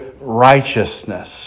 righteousness